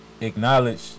acknowledge